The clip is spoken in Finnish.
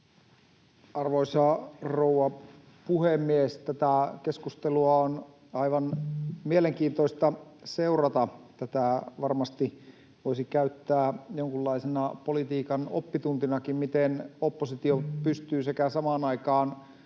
Arvoisa rouva puhemies! Tätä keskustelua on aivan mielenkiintoista seurata. Tätä varmasti voisi käyttää jonkunlaisena politiikan oppituntinakin siitä, miten oppositio pystyy samaan aikaan